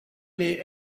les